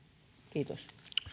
kiitos